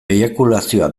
eiakulazioa